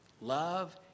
Love